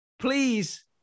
Please